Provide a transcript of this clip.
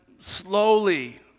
Slowly